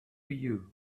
you